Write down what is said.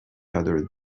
other